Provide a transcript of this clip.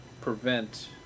prevent